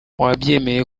wabyemeye